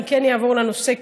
עכשיו אני אעבור לנושא,